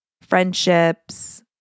friendships